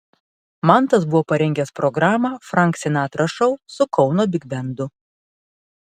mantas buvo parengęs programą frank sinatra šou su kauno bigbendu